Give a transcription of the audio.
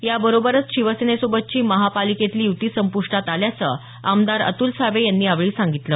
याबरोबरच शिवसेनेसोबतची महापालिकेतली युती संपुष्टात आल्याचं आमदार अतुल सावे यांनी यावेळी सांगितलं